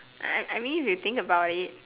I I mean if you think about it